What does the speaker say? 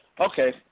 Okay